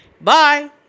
Bye